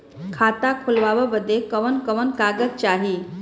खाता खोलवावे बादे कवन कवन कागज चाही?